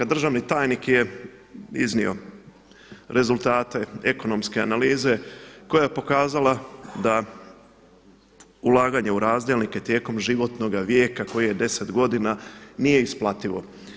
Državni tajnik je iznio rezultate ekonomske analize koja je pokazala da ulaganje u razdjelnike tijekom životnoga vijeka koji je 10 godina nije isplativo.